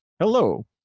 Hello